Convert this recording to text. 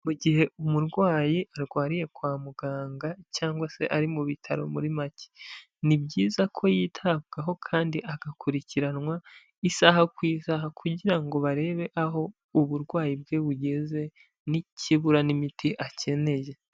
Mu gihe umurwayi arwariye kwa muganga, cyangwa se ari mu bitaro muri make. Ni byiza ko yitabwaho kandi agakurikiranwa isaha ku isaha, kugira ngo barebe aho uburwayi bwe bugeze, n'ikibura, n'imiti akeneye.